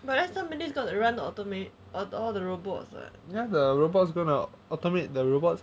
well then somebody's got to run the automate the robots [what]